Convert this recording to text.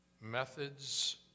Methods